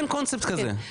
אין קונספט כזה,